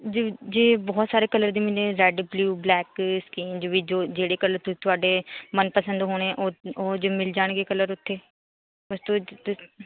ਜੇ ਜੇ ਬਹੁਤ ਸਾਰੇ ਕਲਰ ਦੀ ਮਿਲੇ ਰੈੱਡ ਬਲੂਅ ਬਲੈਕ ਸਕਿੰਨ ਵੀ ਜੋ ਜਿਹੜੇ ਕਲਰ ਥੋ ਥੋਆਡੇ ਮਨਪਸੰਦ ਹੋਣੇ ਉਹ ਉਹੋ ਜਿਹੇ ਮਿਲ ਜਾਣਗੇ ਕਲਰ ਉੱਥੇ